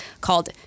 called